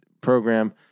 program